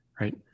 Right